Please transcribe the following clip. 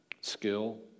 skill